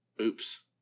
Oops